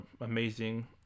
amazing